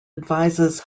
advises